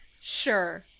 Sure